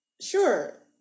sure